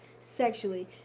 sexually